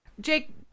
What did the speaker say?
Jake